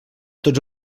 tots